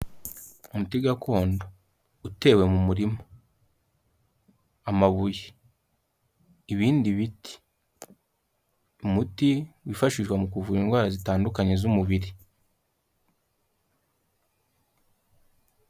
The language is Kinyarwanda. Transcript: Umuti gakondo utewe mu murima, amabuye, ibindi biti, umuti wifashishwa mu kuvura indwara zitandukanye z'umubiri.